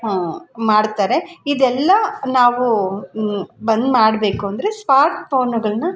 ಮಾಡ್ತಾರೆ ಇದೆಲ್ಲ ನಾವು ಬಂದ್ ಮಾಡಬೇಕು ಅಂದರೆ ಸ್ಮಾರ್ಟ್ ಫೋನುಗಳನ್ನ